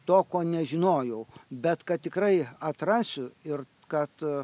to ko nežinojau bet kad tikrai atrasiu ir kad